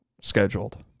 scheduled